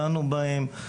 דנו בהם.